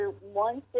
one